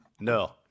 no